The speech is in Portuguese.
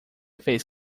fez